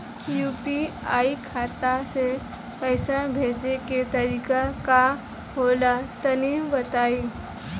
UPI खाता से पइसा भेजे के तरीका का होला तनि बताईं?